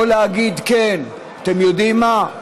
או להגיד: כן, אתם יודעים מה?